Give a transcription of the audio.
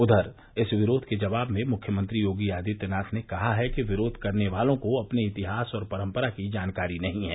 उधर इस विरोध के जवाब में मुख्यमंत्री योगी आदित्यनाथ ने कहा है कि विरोध करने वालों को अपने इतिहास और परम्परा की जानकारी नही है